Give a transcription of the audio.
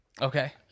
Okay